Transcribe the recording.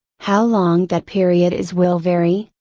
how long that period is will vary,